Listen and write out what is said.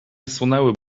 sunęły